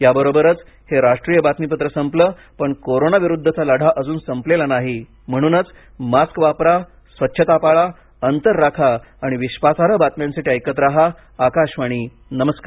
याबरोबरच हे राष्ट्रीय बातमीपत्र संपलं पण कोरोना विरुद्धचा लढा अजून संपलेला नाही म्हणूनच मास्क वापरा स्वच्छता पाळा अंतर राखा आणि विश्वासार्ह बातम्यांसाठी ऐकत रहा आकाशवाणी नमस्कार